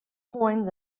coins